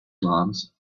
glance